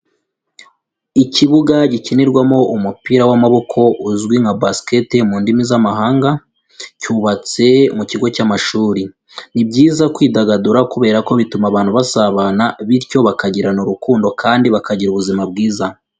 Ikibuga gikinirwamo umupira w'amaboko uzwi nka basket mu ndimi z'amahanga cyubatse mu kigo cy'amashuri, ni byiza kwidagadura kubera ko bituma abantu basabana bityo bakagirana urukundo kandi bakagira ubuzima bwiza.